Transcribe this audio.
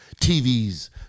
TVs